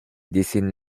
dessine